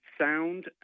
sound